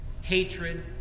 hatred